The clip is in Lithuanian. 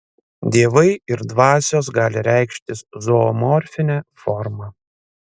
dievai ir dvasios gali reikštis zoomorfine forma